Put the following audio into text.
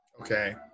Okay